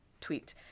Tweet